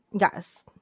Yes